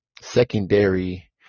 secondary